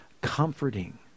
comforting